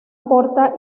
porta